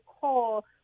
call